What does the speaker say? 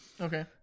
Okay